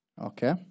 Okay